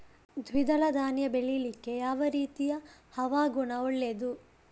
ದ್ವಿದಳ ಧಾನ್ಯ ಬೆಳೀಲಿಕ್ಕೆ ಯಾವ ರೀತಿಯ ಹವಾಗುಣ ಒಳ್ಳೆದು?